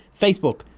Facebook